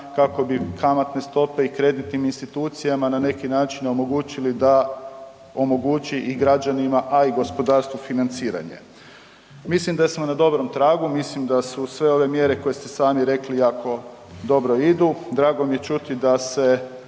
kako bi kamatne stope i kreditnim institucijama na neki način omogućili da omogući i građanima, a i gospodarstvu, financiranje. Mislim da smo na dobrom tragu, mislim da su sve ove mjere koje ste sami rekli jako dobro idu. Drago mi je čuti da se